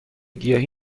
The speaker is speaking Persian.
گیاهی